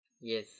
Yes